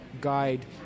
guide